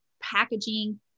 packaging